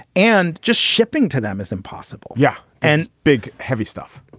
and just shipping to them is impossible. yeah, and big heavy stuff.